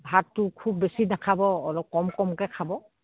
ভাতটো খুব বেছি নাখাব অলপ কম কমকে খাব